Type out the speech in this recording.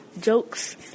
jokes